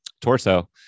torso